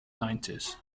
nineties